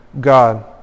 God